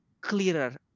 clearer